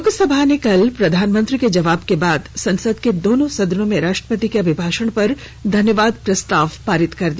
लोकसभा ने कल प्रधानमंत्री के जवाब के बाद संसद के दोनों सदनों में राष्ट्रपति के अभिभाषण पर धन्यवाद प्रस्ताव पारित कर दिया